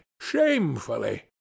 Shamefully